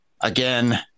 Again